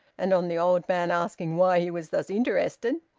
and on the old man asking why he was thus interested,